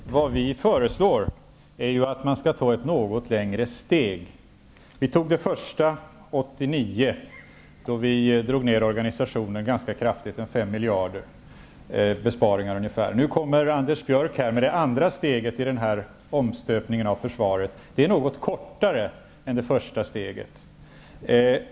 Herr talman! Vad vi föreslår är att man skall ta ett något längre steg. Vi tog det första steget 1989, då vi drog ned organisationen ganska kraftigt, med besparingar på ungefär 5 miljarder. Nu kommer Anders Björck med det andra steget i omstöpningen av försvaret, och det är något kortare än det första steget.